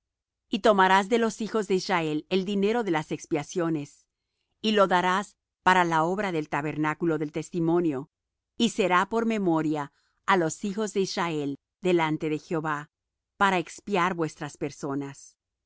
y tomarás de los hijos de israel el dinero de las expiaciones y lo darás para la obra del tabernáculo del testimonio y será por memoria á los hijos de israel delante de jehová para expiar vuestras personas